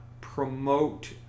promote